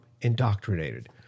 indoctrinated